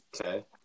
Okay